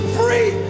free